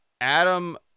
Adam